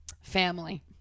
family